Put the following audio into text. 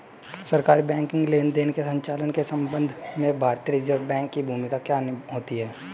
सरकारी बैंकिंग लेनदेनों के संचालन के संबंध में भारतीय रिज़र्व बैंक की भूमिका क्या होती है?